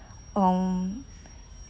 um